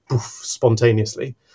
spontaneously